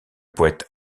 poète